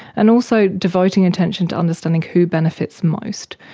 and also devoting attention to understanding who benefits most.